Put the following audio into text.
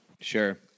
Sure